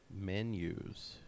menus